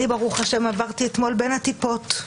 אני ברוך השם עברתי אתמול בין הטיפות,